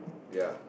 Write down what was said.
ya